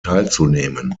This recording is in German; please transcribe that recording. teilzunehmen